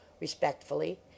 respectfully